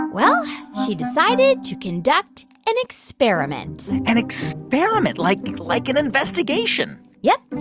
well, she decided to conduct an experiment an experiment, like like an investigation yep.